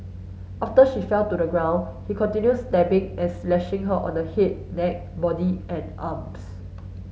after she fell to the ground he continued stabbing and slashing her on her head neck body and arms